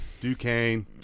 Duquesne